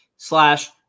Slash